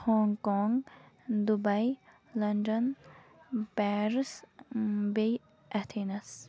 Hong Kong Dubai London Paris بیٚیہِ Athens